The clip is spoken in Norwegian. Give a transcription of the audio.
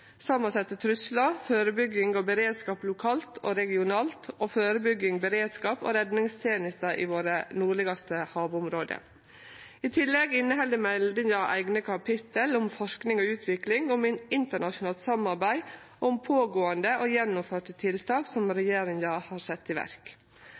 samansette truslar, førebygging og beredskap lokalt og regionalt og førebygging, beredskap og redningsteneste i dei nordlegaste havområda våre. I tillegg inneheld meldinga eigne kapittel om forsking og utvikling, om internasjonalt samarbeid og om pågåande og gjennomførte tiltak som